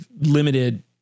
limited